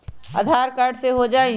आधार card से हो जाइ?